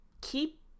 Keep